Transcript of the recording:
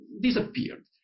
disappeared